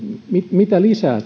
mitä lisää